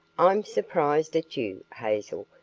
i'm surprised at you, hazel,